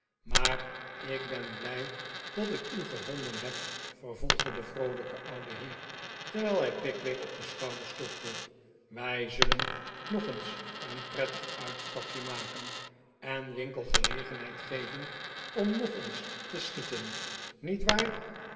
maar ik ben blij dat ik u gevonden heb vervolgde de vroolijke oude heer terwijl hij pickwick op de sclumders klopte wij zullen nog eens een prettig uitstapje maken en winkle gelegenheid geven om nog eens te schieten niet waar